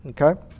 okay